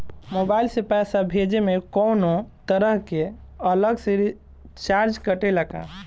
Mobile से पैसा भेजे मे कौनों तरह के अलग से चार्ज कटेला का?